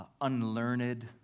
unlearned